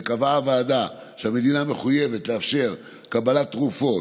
הוועדה קבעה שהמדינה מחויבת לאפשר קבלת תרופות,